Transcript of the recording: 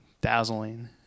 dazzling